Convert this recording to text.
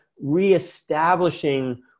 reestablishing